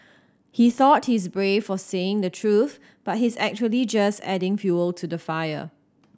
he thought he's brave for saying the truth but he's actually just adding fuel to the fire